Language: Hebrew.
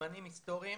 זמנים היסטוריים